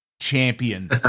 champion